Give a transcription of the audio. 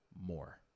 more